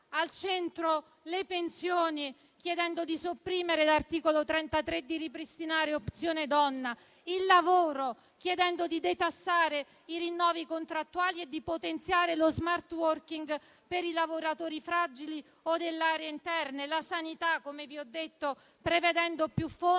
al centro le pensioni, chiedendo di sopprimere l'articolo 33 e di ripristinare Opzione donna, il lavoro, chiedendo di detassare i rinnovi contrattuali e di potenziare lo *smart working* per i lavoratori fragili o delle aree interne, per la sanità, come vi ho detto, prevedendo più fondi